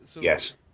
Yes